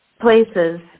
places